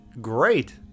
great